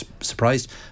surprised